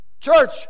Church